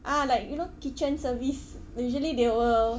ah like you know kitchen service usually they will